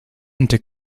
into